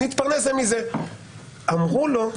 אמרו לו: